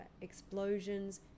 explosions